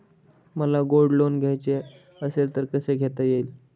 मला gold loan घ्यायचे असेल तर कसे घेता येईल?